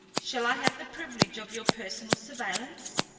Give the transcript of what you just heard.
shall i have the privilege of your personal surveillance?